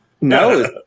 No